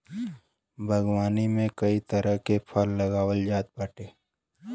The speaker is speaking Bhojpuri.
बागवानी में कई तरह के फल लगावल जात बाटे